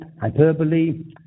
hyperbole